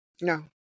No